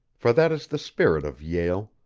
for that is the spirit of yale.